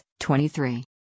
23